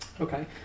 Okay